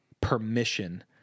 permission